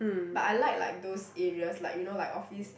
but I like like those areas like you know like office